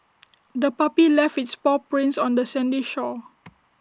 the puppy left its paw prints on the sandy shore